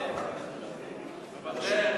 מוותר.